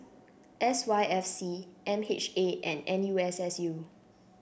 S Y F C M H A and N U S S U